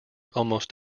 almost